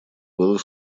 было